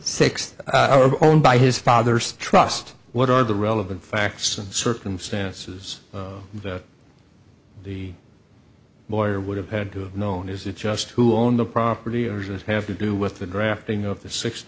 sixth owned by his father's trust what are the relevant facts and circumstances the lawyer would have had to have known is it just who owned the property or is this have to do with the grafting of the sixth